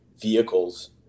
vehicles